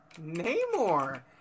Namor